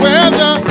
Weather